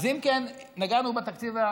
אז אם כן, נגענו בתקציב.